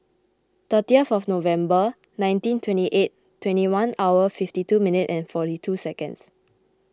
thirty fourth November nineteen twenty eight twenty one hours fifty two minutes and forty two seconds